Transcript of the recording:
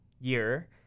year